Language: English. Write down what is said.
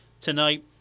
tonight